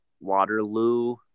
Waterloo